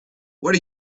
what